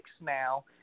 now